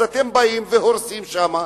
אז אתם באים והורסים שם,